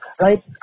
right